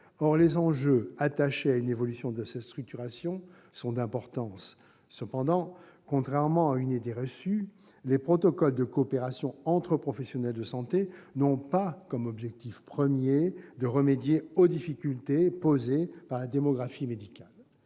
Or les enjeux attachés à une évolution de cette structuration sont d'importance. Cependant, contrairement à une idée reçue, les protocoles de coopération entre professionnels de santé n'ont pas comme objectif premier de remédier aux difficultés posées par la démographie médicale.